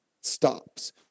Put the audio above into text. stops